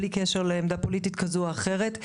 בלי קשר לעמדה פוליטית כזו או אחרת,